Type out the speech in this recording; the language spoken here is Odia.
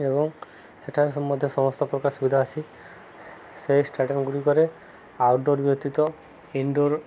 ଏବଂ ସେଠାରେ ମଧ୍ୟ ସମସ୍ତ ପ୍ରକାର ସୁବିଧା ଅଛି ସେ ଷ୍ଟାଡ଼ିୟମଗୁଡ଼ିକରେ ଆଉଟଡୋର ବ୍ୟତୀତ ଇନଡୋର